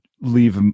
leave